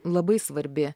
labai svarbi